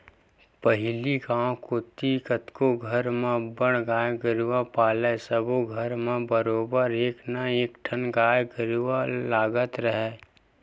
पहिली गांव कोती कतको घर म अब्बड़ गाय गरूवा पालय सब्बो घर म बरोबर एक ना एकठन गाय गरुवा ह लगते राहय